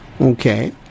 Okay